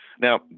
Now